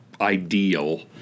ideal